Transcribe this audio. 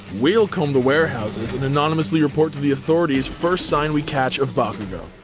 we'll comb the warehouses and anonymously report to the authorities first sign we catch of bakugo.